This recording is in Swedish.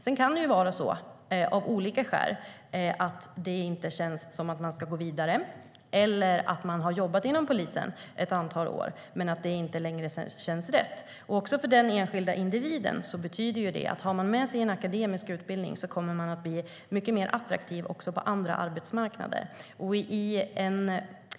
Sedan kan det av olika skäl vara så att det inte känns som att man ska gå vidare. Man kanske också har jobbat inom polisen ett antal år men tycker att det inte längre känns rätt. Också för enskilda individen betyder det att om man har med sig en akademisk utbildning kommer man att bli mycket mer attraktiv också på andra arbetsmarknader.